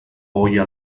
olla